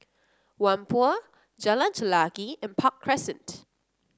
Whampoa Jalan Chelagi and Park Crescent